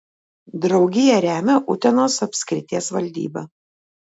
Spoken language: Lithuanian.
draugiją remia utenos apskrities valdyba